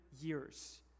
years